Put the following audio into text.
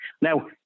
Now